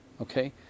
Okay